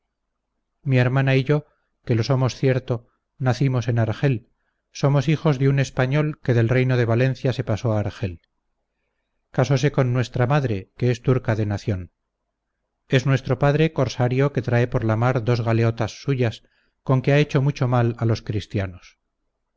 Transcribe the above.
mi hermana y yo que lo somos cierto nacimos en argel somos hijos de un español que del reino de valencia se pasó a argel casose con nuestra madre que es turca de nación es nuestro padre corsario que trae por la mar dos galeotas suyas con que ha hecho mucho mal a cristianos